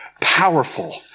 powerful